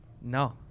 No